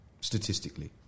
statistically